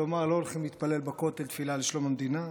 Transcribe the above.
כלומר לא הולכים להתפלל בכותל תפילה לשלום המדינה,